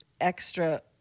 extra